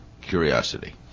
curiosity